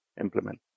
implement